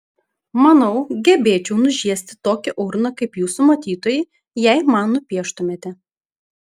manau gebėčiau nužiesti tokią urną kaip jūsų matytoji jei man nupieštumėte